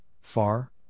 far